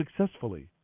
successfully